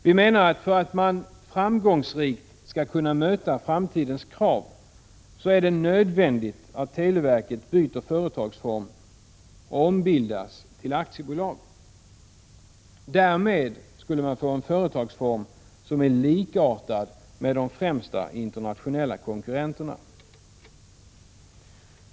Vi menar att för att man framgångsrikt skall kunna möta framtidens krav är det nödvändigt att televerket byter företagsform och ombildas till aktiebolag. Därmed skulle man få en företagsform som är likartad med de främsta internationella konkurrenterna.